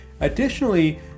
additionally